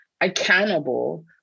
accountable